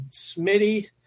Smitty